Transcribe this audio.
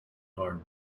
harm